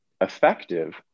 effective